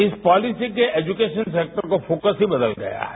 इस पॉलिसी के education sector का फोकस भी बदल गया है